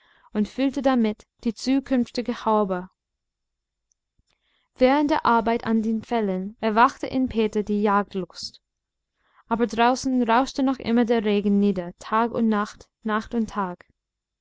und füllte damit die zukünftige haube während der arbeit an den fellen erwachte in peter die jagdlust aber draußen rauschte noch immer der regen nieder tag und nacht nacht und tag